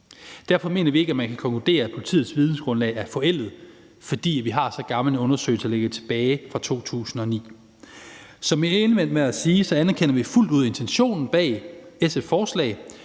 Vi mener ikke, at man kan konkludere, at politiets vidensgrundlag er forældet, fordi vi har så gammel en undersøgelse, der ligger tilbage fra 2009. Som jeg indledte med at sige, anerkender vi fuldt ud intentionen bag SF's forslag.